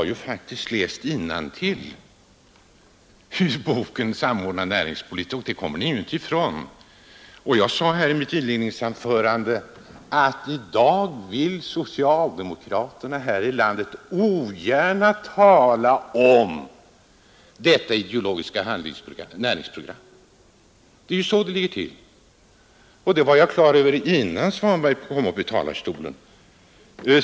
Jag har läst innantill ur boken, och jag sade redan i mitt inledningsanförande att i dag vill socialdemokraterna ogärna tala om detta ideologiska näringsprogram. Det är så det ligger till, och det var jag klar över innan herr Svanberg kom upp i talarstolen.